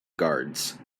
guards